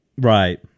Right